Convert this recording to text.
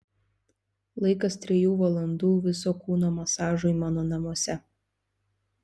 laikas trijų valandų viso kūno masažui mano namuose